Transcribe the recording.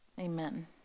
Amen